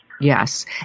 Yes